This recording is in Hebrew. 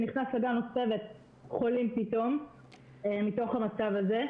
צוות שנכנס לגן חולים פתאום מתוך המצב הזה?